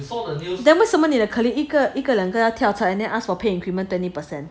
then 为什么你的 colleague 一个一个两个要跳潮 and then ask for pay increment twenty percent